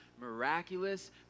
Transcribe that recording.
miraculous